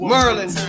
Merlin